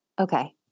Okay